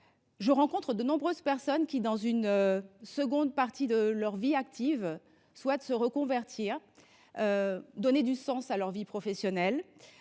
je rencontre de nombreuses personnes qui, dans une seconde partie de leur vie active, souhaitent se reconvertir et donner du sens à leur vie professionnelle,